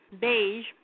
Beige